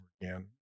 again